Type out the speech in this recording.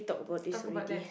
talk about that